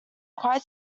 quite